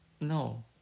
no